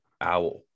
owl